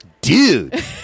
dude